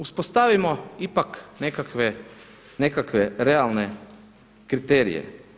Uspostavimo ipak nekakve realne kriterije.